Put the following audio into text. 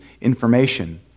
information